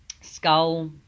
Skull